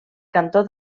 cantó